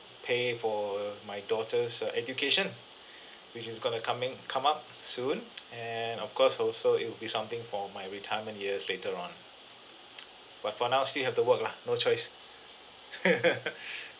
pay for my daughter's uh education which is going to coming come up soon and of course also it'll be something for my retirement years later on but for now still have to work lah no choice